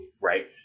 right